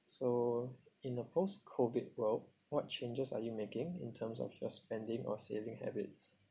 so in the post COVID world what changes are you making in terms of your spending or saving habits